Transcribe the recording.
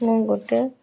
ମୁଁ ଗୋଟେ